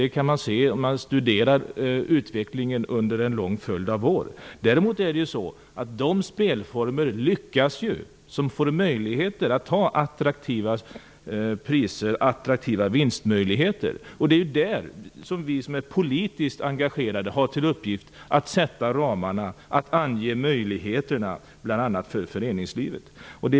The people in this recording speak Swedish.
Det ser man om man studerar utvecklingen under en lång följd av år. Däremot lyckas ju de spelformer som får möjlighet att ha attraktiva priser och attraktiva vinstmöjligheter. Det är där vi som är politiskt engagerade har till uppgift att sätta ramarna och ange möjligheterna för föreningslivet.